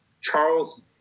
Charles